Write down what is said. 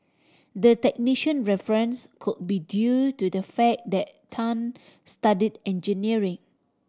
the technician reference could be due to the fact that Tan studied engineering